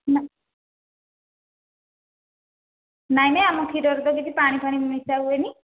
ନା ନାଇଁ ନାଇଁ ଆମ କ୍ଷୀରରେ ତ କିଛି ପାଣି ଫାଣି ମିଶାହୁଏନି